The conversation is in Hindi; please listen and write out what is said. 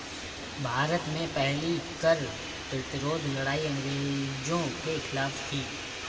भारत में पहली कर प्रतिरोध लड़ाई अंग्रेजों के खिलाफ थी